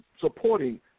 supporting